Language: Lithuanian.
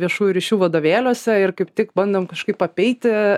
viešųjų ryšių vadovėliuose ir kaip tik bandom kažkaip apeiti